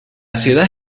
ciudad